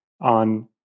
on